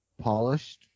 polished